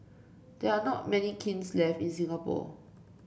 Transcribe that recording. there are not many kilns left in Singapore